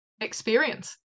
experience